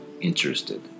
interested